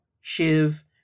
Shiv